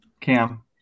Cam